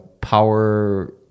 power